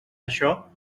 això